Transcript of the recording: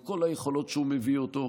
עם כל היכולות שהוא מביא איתו,